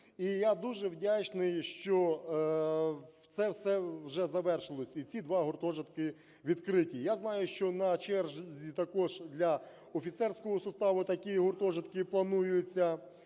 І я дуже вдячний, що це все вже завершилось і ці два гуртожитки відкриті. Я знаю, що на черзі також для офіцерського составу такі гуртожитки плануються,